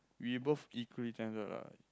we both equally talented ah